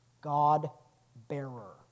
God-bearer